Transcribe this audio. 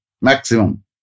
Maximum